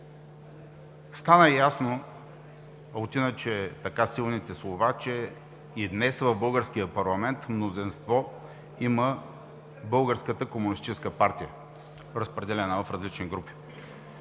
Стана ясно от иначе силните слова, че и днес в българския парламент мнозинство има Българската комунистическа партия, разпределена в различни групи.